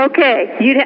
Okay